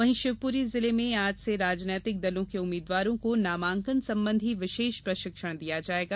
वहीं शिवपुरी जिले में आज से राजनीतिक दलों के उम्मीदवारों को नामांकन संबंधी विशेष प्रशिक्षण दिया जायेगा